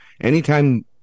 anytime